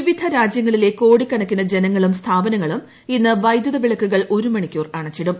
വിവിധ രാജ്യങ്ങളിലെ കോടിക്കണക്കിന് ജനങ്ങളും സ്ഥാപനങ്ങളും ഇന്ന് വൈദ്യുതവിളക്കുകൾ ഒരു മണിക്കൂർ അണച്ചിടും